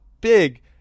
big